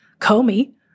Comey